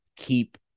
keep